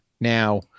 Now